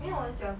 orh